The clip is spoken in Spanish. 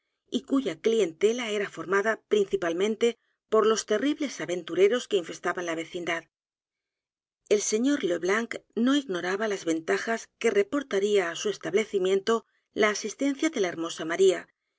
y cuya clientela era formada principalmente por los terribles aventureros que infestaban la vecindad el señor le blanc no ignoraba las ventajas que reportaría á su establecimiento la asistencia de la hermosa m